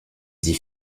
dit